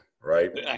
right